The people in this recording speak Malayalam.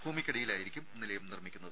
ഭൂമിക്കടിയിലായിരിക്കും നിലയം നിർമ്മിക്കുന്നത്